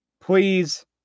Please